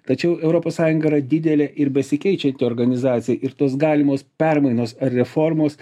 tačiau europos sąjunga yra didelė ir besikeičianti organizacija ir tos galimos permainos ar reformos